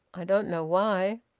i don't know why?